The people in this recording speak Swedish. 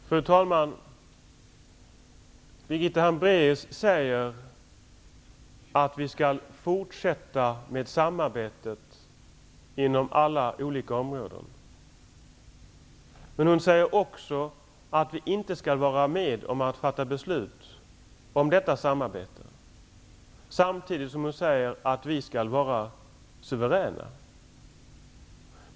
Fru talman! Birgitta Hambraeus säger att vi skall fortsätta med samarbetet inom alla olika områden. Hon säger också att vi inte skall vara med om att fatta beslut om detta samarbete. Samtidigt säger hon att vi skall vara suveräna.